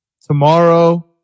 tomorrow